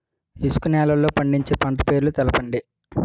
ఇసుక నేలల్లో పండించే పంట పేర్లు తెలపండి?